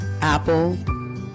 Apple